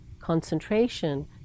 concentration